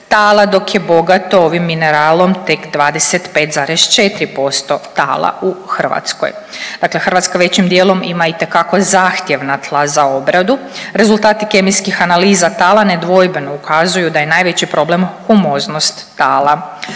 tala dok je bogato ovim mineralom tek 25,4 posto tala u Hrvatskoj. Dakle, Hrvatska većim dijelom ima itekako zahtjevna tla za obradu. Rezultati kemijskih analiza tala nedvojbeno ukazuju da je najveći problem humoznost tala.